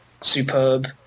superb